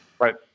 Right